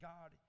God